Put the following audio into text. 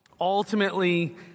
Ultimately